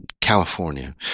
California